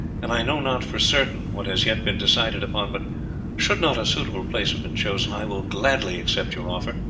and i know not for certain what has yet been decided upon, but should not a suitable place have been chosen i will gladly accept your offer.